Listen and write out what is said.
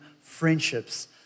friendships